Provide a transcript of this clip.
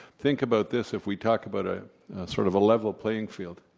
think about this if we talk about a sort of a level playing field.